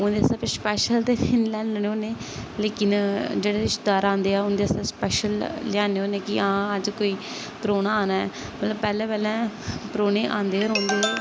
हून उं'दे ताईं स्पेशल ते नेईं लेआनने होन्ने लेकिन जेहड़े रिशतेदार आंदे ऐ उं'दे आस्तै स्पेशल लेआने होन्ने कि हां अज्ज कोई परौह्ना आना मतलब पैह्ले पैह्ले परौह्ने आंदे गै रौंह्दे हे